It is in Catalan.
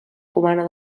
cubana